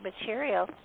material